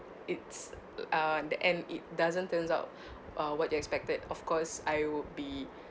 it's uh the end it doesn't turns out uh what you expected of course I would be